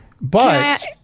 But-